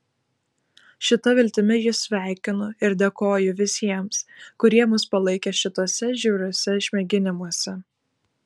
šita viltimi jus sveikinu ir dėkoju visiems kurie mus palaikė šituose žiauriuose išmėginimuose